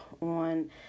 on